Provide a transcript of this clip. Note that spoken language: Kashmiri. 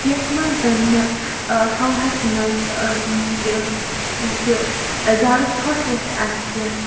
یَتھ منٛز زَن نہٕ ہَوہَس منٛز یہِ یہِ زیادٕ ژھۄٹھ وۄٹھ آسہِ کیٚنٛہہ